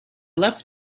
left